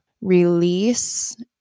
release